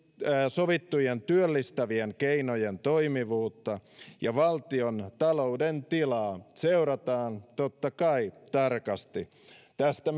sovittujen työllistävien keinojen toimivuutta ja valtiontalouden tilaa seurataan totta kai tarkasti tästä